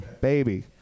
Baby